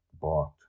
bought